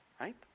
Right